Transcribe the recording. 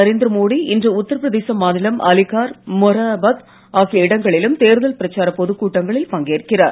நரேந்திரமோடி இன்று உத்தரபிரதேச மாநிலம் அலிகார் மொரதாபாத் ஆகிய இடங்களிலும் தேர்தல் பிரச்சாரப் பொதுக் கூட்டங்களில் பங்கேற்கிறார்